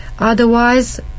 Otherwise